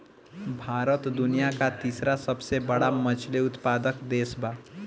भारत दुनिया का तीसरा सबसे बड़ा मछली उत्पादक देश बा